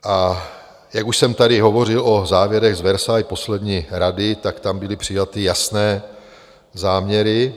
A jak už jsem tady hovořil o závěrech z Versailles poslední Rady, tak tam byly přijaty jasné záměry.